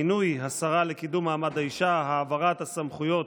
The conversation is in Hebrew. מינוי השרה לקידום מעמד האישה, העברת הסמכויות